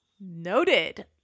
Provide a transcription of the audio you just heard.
Noted